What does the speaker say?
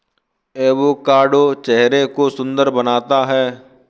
avocado चेहरे को सुंदर बनाता है